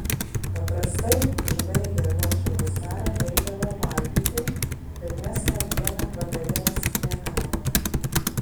paprastai užbaigę ruošą husarai eidavo valgyti bet mes tą dieną vakarienės negavome